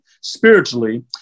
spiritually